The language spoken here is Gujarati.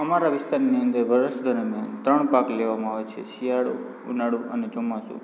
અમારા વિસ્તારની અંદર વર્ષ દરમ્યાન ત્રણ પાક લેવામાં આવે છે શિયાળું ઉનાળું અને ચોમાસું